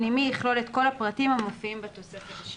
דין וחשבון פנימי יכלול את כל הפרטים המופיעים בתוספת השנייה.